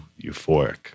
euphoric